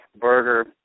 Burger